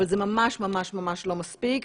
אבל זה ממש ממש ממש לא מספיק.